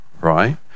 right